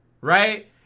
Right